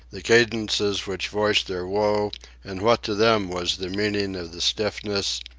the cadences which voiced their woe and what to them was the meaning of the stiffness,